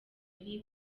nti